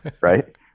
right